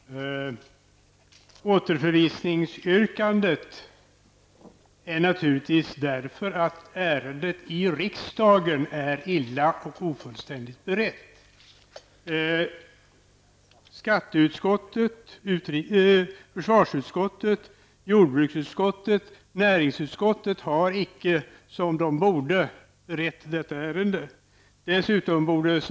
Fru talman! Återförvisningsyrkandet beror naturligtvis på att ärendet är illa och ofullständigt berett i riksdagen. Skatteutskottet, försvarsutskottet, jordbruksutskottet och näringsutskottet har inte berett detta ärende som de borde ha gjort.